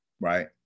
right